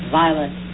violent